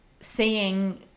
seeing